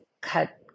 cut